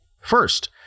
first